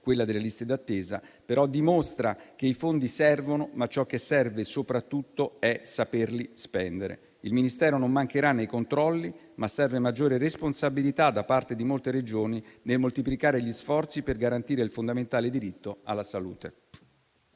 delle liste d'attesa dimostra che i fondi servono, ma ciò che soprattutto serve è saperli spendere. Il Ministero non mancherà nei controlli, ma occorre maggiore responsabilità da parte di molte Regioni nei moltiplicare gli sforzi per garantire il fondamentale diritto alla salute.